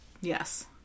Yes